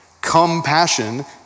Compassion